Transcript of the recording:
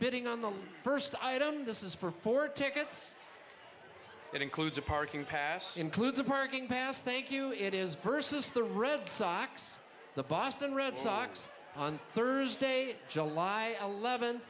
bidding on the first item this is for four tickets that includes a parking pass includes a parking pass thank you it is versus the red sox the boston red sox on thursday july eleven